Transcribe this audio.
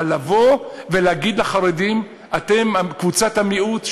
אבל לבוא ולהגיד לחרדים: אתם קבוצת המיעוט,